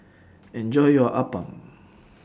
Enjoy your Appam